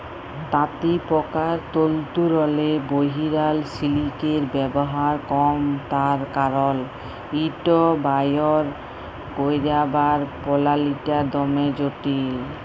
তাঁতিপকার তল্তুরলে বহিরাল সিলিকের ব্যাভার কম তার কারল ইট বাইর ক্যইরবার পলালিটা দমে জটিল